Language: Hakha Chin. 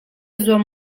zuam